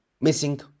missing